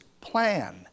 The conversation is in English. plan